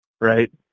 Right